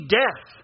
death